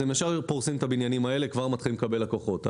הם פורסים את הבניינים האלה וכבר מתחילים לקבל לקוחות.